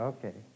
Okay